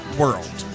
world